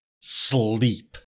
sleep